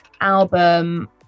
album